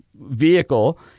vehicle